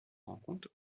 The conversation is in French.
rencontre